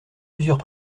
plusieurs